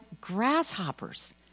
grasshoppers